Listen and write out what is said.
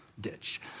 ditch